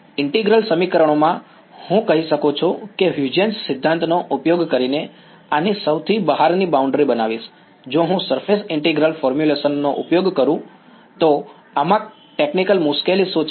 integral સમીકરણોમાં હું કહી શકું છું કે હું હ્યુજેન્સ સિદ્ધાંતનો ઉપયોગ કરીને આની સૌથી બહારની બાઉન્ડ્રી બનાવીશ જો હું સરફેસ ઈન્ટિગ્રલ ફોર્મ્યુલેશન નો ઉપયોગ કરું તો આમાં ટેકનિકલ મુશ્કેલી શું છે